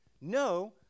No